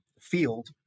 field